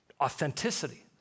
authenticity